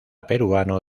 peruano